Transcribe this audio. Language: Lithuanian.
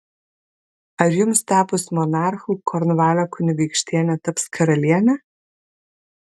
ar jums tapus monarchu kornvalio kunigaikštienė taps karaliene